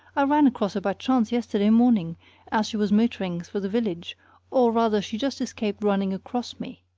i ran across her by chance yesterday morning as she was motoring through the village or, rather, she just escaped running across me.